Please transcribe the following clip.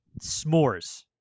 S'mores